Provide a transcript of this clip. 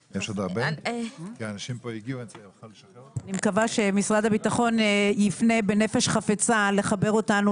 אני מקווה שמשרד הביטחון יפנה בנפש חפצה לחבר אותנו